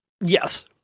Yes